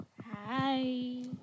Hi